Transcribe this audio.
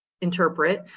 interpret